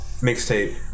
mixtape